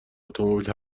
اتومبیل